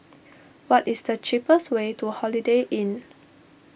what is the cheapest way to Holiday Inn